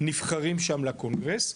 נבחרים שם לקונגרס,